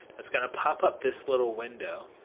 it's gonna pop up this little window,